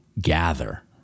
gather